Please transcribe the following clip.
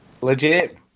Legit